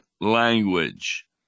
language